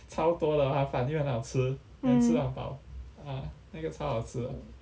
mm